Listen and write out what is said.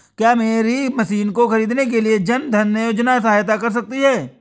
क्या मेरी मशीन को ख़रीदने के लिए जन धन योजना सहायता कर सकती है?